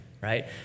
right